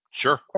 Sure